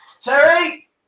Terry